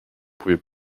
pouvait